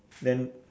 then